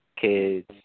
kids